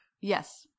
Yes